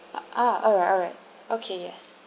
ah alright alright okay yes